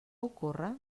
ocorre